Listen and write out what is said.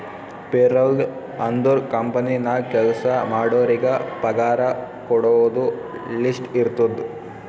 payroll ಅಂದುರ್ company ನಾಗ್ ಕೆಲ್ಸಾ ಮಾಡೋರಿಗ ಪಗಾರ ಕೊಡೋದು ಲಿಸ್ಟ್ ಇರ್ತುದ್